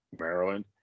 Maryland